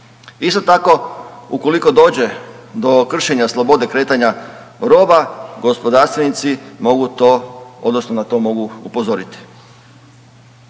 Isto tako, ukoliko dođe do kršenja slobode kretanja roba, gospodarstvenici mogu to odnosno na to mogu upozoriti.